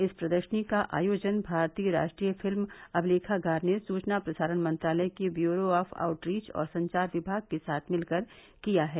इस प्रदर्शनी का आयोजन भारतीय राष्ट्रीय फिल्म अमिलेखागार ने सुवना प्रसारण मंत्रालय के ब्यूरो ऑफ आउटरीच और संचार विभाग के साथ मिलकर किया है